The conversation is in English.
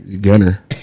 Gunner